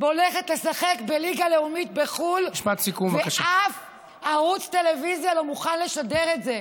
הולכת לשחק בליגה לאומית בחו"ל ואף ערוץ טלוויזיה לא מוכן לשדר את זה.